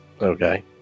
Okay